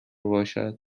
باشد